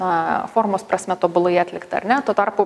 na formos prasme tobulai atlikta ar ne tuo tarpu